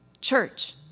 church